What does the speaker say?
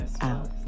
Out